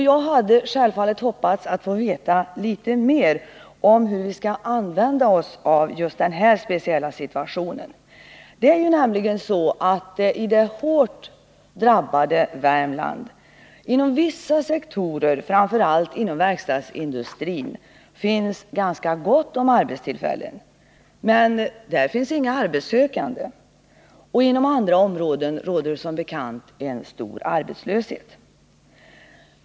Jag hade självfallet hoppats att få veta litet mer om hur vi skall använda oss av just den här speciella situationen. Det är nämligen så att det i det hårt drabbade Värmland inom vissa sektorer, framför allt inom verkstadsindustrin, finns ganska gott om arbetstillfällen. Men där finns det inga arbetssökande. Inom andra områden råder det som bekant stor arbetslöshet.